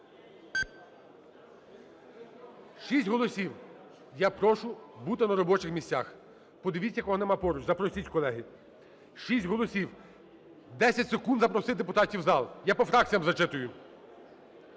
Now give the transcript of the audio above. Шість голосів. Я прошу бути на робочих місцях. Подивіться, кого немає поруч, запросіть, колеги. 6 голосів. 10 секунд запросити депутатів в зал. Я по фракціям зачитую.